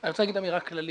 אני רוצה להגיד אמירה כללית.